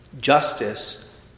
Justice